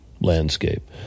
landscape